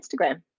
Instagram